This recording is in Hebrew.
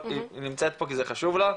היא נמצאת פה כי זה חשוב לה,